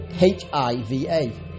H-I-V-A